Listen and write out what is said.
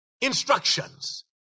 instructions